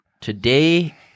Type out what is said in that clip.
today